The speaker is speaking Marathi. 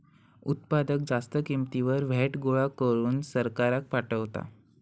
उत्पादक जास्त किंमतीवर व्हॅट गोळा करून सरकाराक पाठवता